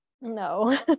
No